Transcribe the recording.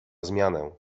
zmianę